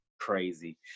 crazy